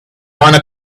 wanna